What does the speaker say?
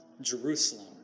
Jerusalem